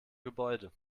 gebäude